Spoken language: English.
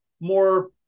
more